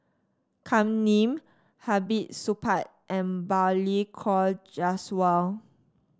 Kam Ning Hamid Supaat and Balli Kaur Jaswal